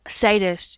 sadist